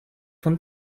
von